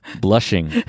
Blushing